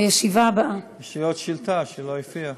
הישיבה הבאה, יש לי עוד שאילתה שלא הופיעה.